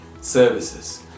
services